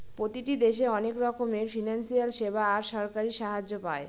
প্রতিটি দেশে অনেক রকমের ফিনান্সিয়াল সেবা আর সরকারি সাহায্য পায়